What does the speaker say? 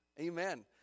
amen